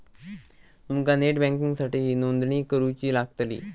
तुमका नेट बँकिंगसाठीही नोंदणी करुची लागतली